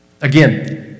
Again